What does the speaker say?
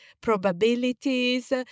probabilities